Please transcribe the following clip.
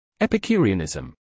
Epicureanism